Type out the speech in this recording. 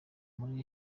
muri